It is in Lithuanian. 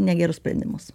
negerus sprendimus